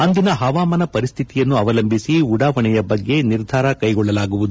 ಅಂದಿನ ಪವಾಮಾನ ಪರಿಸ್ಥಿತಿಯನ್ನು ಅವಲಂಬಿಸಿ ಉಡಾವಣೆಯ ಬಗ್ಗೆ ನಿರ್ಧಾರ ಕೈಗೊಳ್ಳಲಾಗುವುದು